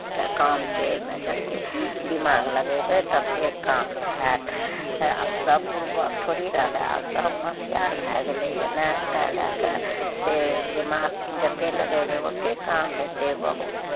के काम छै एहिमे जतेक दिमाग लगेबै ततेक काम हैत सभ बुरबक थोड़े ही रहलै आब सभ होशियार भए गेलैए ने ताहि लए कऽ से दिमाग जतेक लगेबै ओतेक काम हेतै बहुत